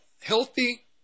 healthy